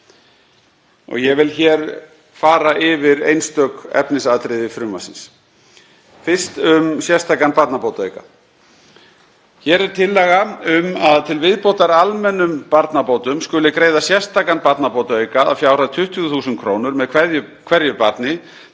Ég vil hér fara yfir einstök efnisatriði frumvarpsins og fyrst sérstakan barnabótaauka. Hér er tillaga um að til viðbótar almennum barnabótum skuli greiða sérstakan barnabótaauka að fjárhæð 20.000 kr. með hverju barni